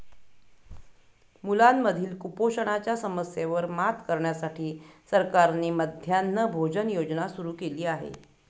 मुलांमधील कुपोषणाच्या समस्येवर मात करण्यासाठी सरकारने मध्यान्ह भोजन योजना सुरू केली आहे